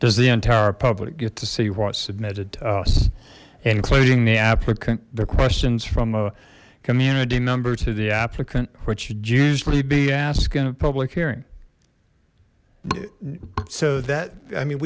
entire public get to see what submitted to us including the applicant the questions from a community member to the applicant which should usually be asked in a public hearing so that i mean